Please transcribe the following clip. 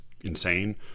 insane